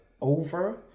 over